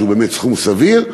שהוא באמת סכום סביר,